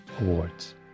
awards